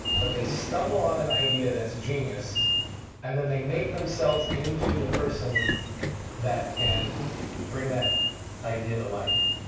but they stumble on an idea that's genius and then they make themselves into the person that can bring that idea to life.